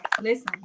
Listen